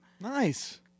Nice